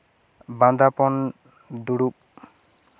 ᱵᱟᱸᱫᱟᱯᱚᱱ ᱫᱩᱲᱩᱵ